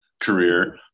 career